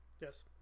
yes